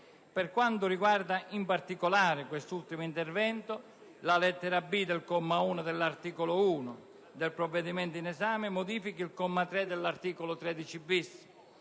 Per quanto riguarda, in particolare, questo ultimo intervento, la lettera *b)* del comma 1 dell'articolo 1 del provvedimento in esame modifica il comma 3 dell'articolo